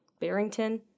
Barrington